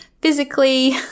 physically